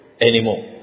Anymore